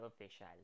official